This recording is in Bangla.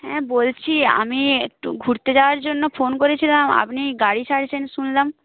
হ্যাঁ বলছি আমি একটু ঘুরতে যাওয়ার জন্য ফোন করেছিলাম আপনি গাড়ি ছাড়ছেন শুনলাম